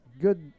good